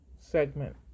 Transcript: Segment